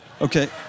Okay